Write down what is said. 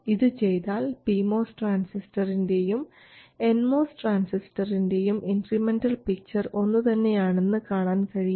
ഇത് ചെയ്താൽ P MOS ട്രാൻസിസ്റ്ററിൻറെയും എൻ മോസ് ട്രാൻസിസ്റ്ററിൻറെയും ഇൻക്രിമെൻറൽ പിക്ചർ ഒന്നു തന്നെയാണെന്ന് കാണാൻ കഴിയും